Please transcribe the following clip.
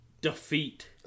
defeat